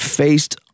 faced